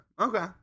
okay